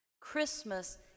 Christmas